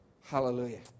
Hallelujah